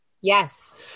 Yes